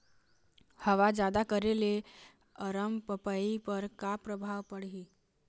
हवा जादा करे ले अरमपपई पर का परभाव पड़िही?